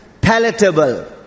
palatable